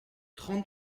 trente